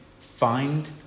find